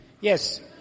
Yes